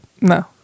no